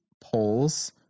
polls